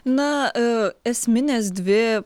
na ee esminės dvi